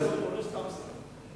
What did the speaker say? הוא לא סתם שר.